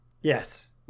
Yes